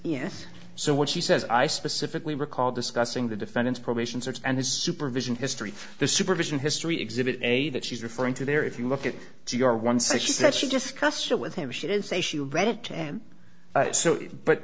yes so what she says i specifically recall discussing the defendant's probation service and his supervision history the supervision history exhibit a that she's referring to there if you look at g r one said she said she discussed it with him she didn't say she read it and so but